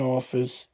office